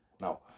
now